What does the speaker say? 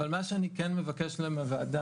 אבל מה שאני כן מבקש מהוועדה,